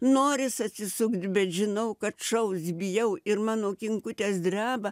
noris atsisukt bet žinau kad šaus bijau ir mano kinkutės dreba